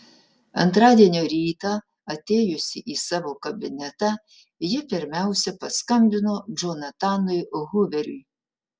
antradienio rytą atėjusi į savo kabinetą ji pirmiausia paskambino džonatanui huveriui